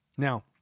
Now